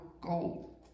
gold